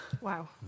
Wow